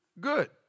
good